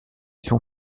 sont